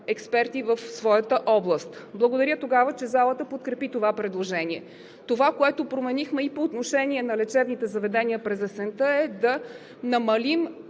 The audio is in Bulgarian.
експерти в своята област. Благодаря, че залата тогава подкрепи това предложение. Това, което променихме по отношение на лечебните заведения през есента, е да намалим